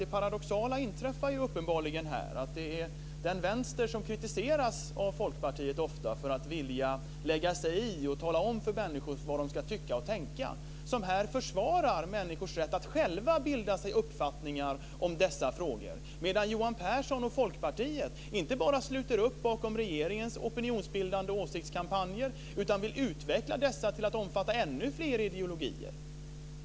Det paradoxala inträffar ju uppenbarligen att det är den vänster som ofta kritiseras av Folkpartiet för att vilja lägga sig i och tala om för människor vad de ska tycka och tänka som här försvarar människors rätt att själva bilda sig uppfattningar om dessa frågor. Johan Pehrson och Folkpartiet däremot sluter inte bara upp bakom regeringens opinionsbildande åsiktskampanjer, utan vill också utveckla dem till att omfatta ännu fler ideologier.